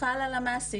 חל על המעסיק.